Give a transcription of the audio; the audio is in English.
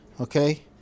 Okay